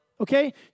okay